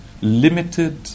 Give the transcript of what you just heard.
limited